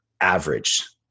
average